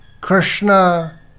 Krishna